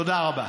תודה רבה.